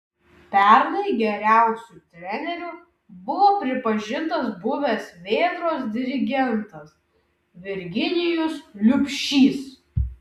pernai geriausiu treneriu buvo pripažintas buvęs vėtros dirigentas virginijus liubšys